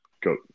go